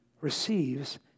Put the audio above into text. receives